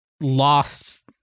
lost